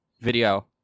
Video